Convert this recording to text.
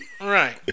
Right